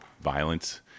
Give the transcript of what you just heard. violence